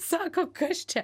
sako kas čia